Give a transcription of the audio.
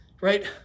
right